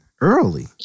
early